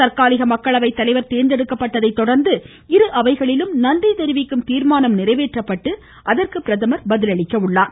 தற்காலிக மக்களவை தலைவர் தேர்ந்தெடுக்கப்பட்டதை தொடர்ந்து இரு அவைகளிலும் நன்றி தெரிவிக்கும் தீர்மானம் நிறைவேற்றப்பட்டு அதற்கு பிரதமர் பதிலளிப்பார்